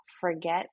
forget